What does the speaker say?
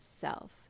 self